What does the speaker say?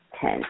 ten